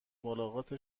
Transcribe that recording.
ملاقات